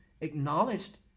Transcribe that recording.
acknowledged